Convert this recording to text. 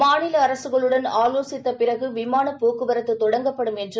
மாநில அரசுகளுடன் ஆலோசித்த பிறகு விமானப் போக்குவரத்து தொடங்கப்படும் என்று